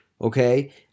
okay